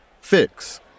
fix